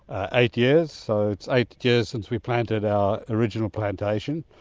ah eight years, so it's eight years since we've planted our original plantation,